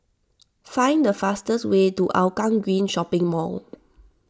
find the fastest way to Hougang Green Shopping Mall